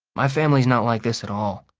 my family's not like this at all.